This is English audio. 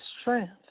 strength